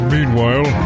Meanwhile